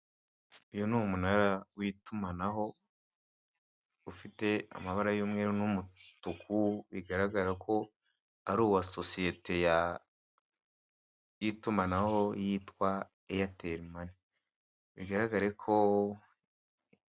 Uyu ni umunara w'itumanaho ufite amabara y'umweru n'umutuku, bigaragara ko ari uwa sosiyete ya y'itumanaho yitwa eyateri mani, bigaragare ko...